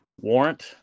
Warrant